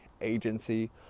agency